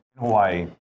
Hawaii